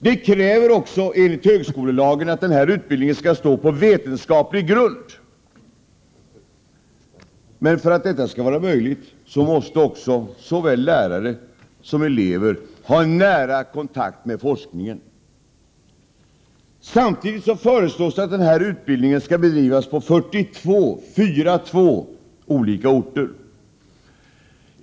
Det kräver också enligt högskolelagen att denna utbildning skall stå på vetenskaplig grund. Men för att detta skall vara möjligt måste såväl lärare som elever ha en nära kontakt med forskningen. Samtidigt föreslås att den här utbildningen skall bedrivas på 42 olika orter.